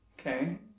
Okay